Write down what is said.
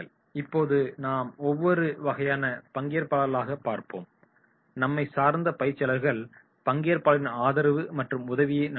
இப்போது நாம் ஒவ்வொரு வகையான பங்கேற்பாளர்களாக பார்ப்போம் நம்மை சார்ந்த பயிற்சியாளர்கள் பங்கேற்பாளர்களின் ஆதரவு மற்றும் உதவியை நாடலாம்